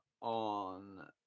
on